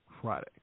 Friday